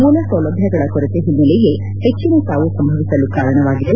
ಮೂಲಸೌಲಭ್ಯಗಳ ಕೊರತೆ ಒನ್ನೆಲೆಯೇ ಹೆಚ್ಚಿನ ಸಾವು ಸಂಭವಿಸಲು ಕಾರಣವಾಗಿದೆ